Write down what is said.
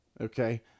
Okay